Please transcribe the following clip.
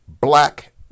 black